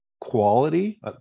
quality